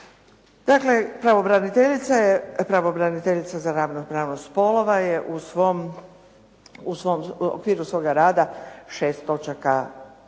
Dakle, pravobraniteljica za ravnopravnost spolova je u okviru svoga rada šest točaka primarno